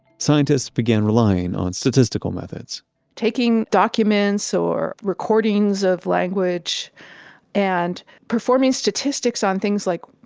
scientists began relying on statistical methods taking documents or recordings of language and performing statistics on things like,